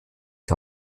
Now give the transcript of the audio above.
die